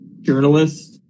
Journalists